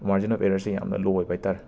margin of ꯑꯦꯔꯔꯁꯦ ꯌꯥꯝꯅ ꯂꯣ ꯑꯣꯏꯕ ꯍꯥꯏꯇꯥꯔꯦ